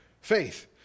faith